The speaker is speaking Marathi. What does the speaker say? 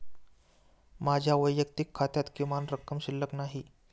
माझ्या वैयक्तिक खात्यात किमान रक्कम शिल्लक नाही